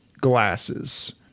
glasses